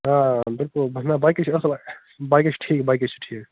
آ بِلکُل نہ نہ باقٕے چھُ اصٕل باقٕے چھِ ٹھیٖک باقٕے چھِ ٹھیٖک